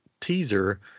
teaser